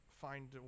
find